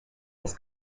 has